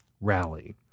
rally